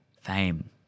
fame